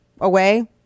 away